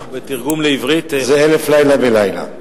ובתרגום לעברית, זה אלף לילה ולילה.